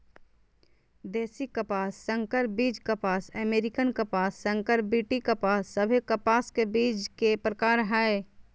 देशी कपास, संकर बीज कपास, अमेरिकन कपास, संकर बी.टी कपास सभे कपास के बीज के प्रकार हय